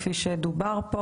כפי שדובר פה.